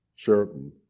Sheraton